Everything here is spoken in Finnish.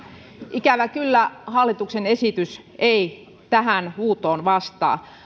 ikävä kyllä hallituksen esitys ei tähän huutoon vastaa